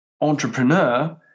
entrepreneur